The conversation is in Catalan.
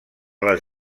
les